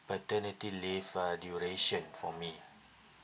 paternity leave uh duration for me